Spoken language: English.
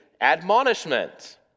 admonishment